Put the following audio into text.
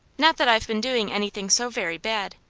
not that i've been doing anything so very bad.